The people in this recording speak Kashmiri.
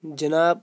جِناب